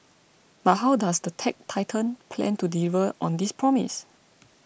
but how does the tech titan plan to deliver on this promise